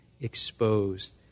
exposed